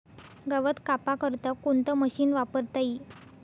गवत कापा करता कोणतं मशीन वापरता ई?